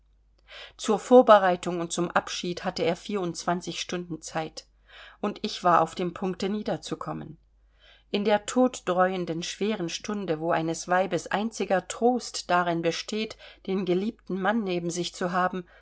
zur vorbereitung und zum abschied hatte er vierundzwanzig stunden zeit und ich war auf dem punkte niederzukommen in der toddräuenden schweren stunde wo eines weibes einziger trost darin besteht den geliebten mann neben sich zu haben